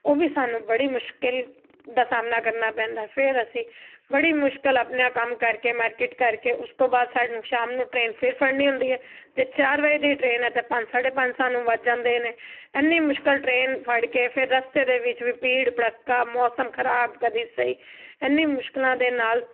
ਉਹ ਵੀ ਸਾਨੂੰ ਬੜੀ ਮੁਸ਼ਕਿਲ ਦਾ ਸਾਹਮਣਾ ਕਰਨਾ ਪੈਂਦਾ ਫਿਰ ਅਸੀਂ ਬੜੀ ਮੁਸ਼ਕਿਲ ਆਪਣਾ ਕੰਮ ਕਰਕੇ ਮਾਰਕੀਟ ਕਰਕੇ ਉਸ ਤੋਂ ਬਾਅਦ ਸਾਨੂੰ ਸ਼ਾਮ ਨੂੰ ਟ੍ਰੇਨ ਫਿਰ ਫੜਨੀ ਹੁੰਦੀ ਹੈ ਜੇ ਚਾਰ ਵਜੇ ਦੀ ਟ੍ਰੇਨ ਹੈ ਤਾਂ ਪੰਜ ਸਾਢੇ ਪੰਜ ਸਾਨੂੰ ਵੱਜ ਜਾਂਦੇ ਨੇ ਇੰਨੀ ਮੁਸ਼ਕਿਲ ਟ੍ਰੇਨ ਫੜ ਕੇ ਫਿਰ ਰਸਤੇ ਦੇ ਵਿੱਚ ਵੀ ਭੀੜ ਭੜੱਕਾ ਮੌਸਮ ਖ਼ਰਾਬ ਕਦੀ ਸਹੀ ਇੰਨੀ ਮੁਸ਼ਕਿਲਾਂ ਦੇ ਨਾਲ